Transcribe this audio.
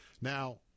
Now